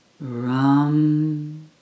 Ram